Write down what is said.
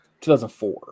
2004